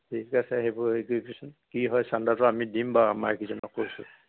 ঠিক আছে সেইবোৰ হেৰি কৰিবিচোন কি হয় চান্দাটো আমি দিম বাৰু আমাৰ কিজনক কৈছোঁ